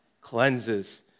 cleanses